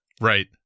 Right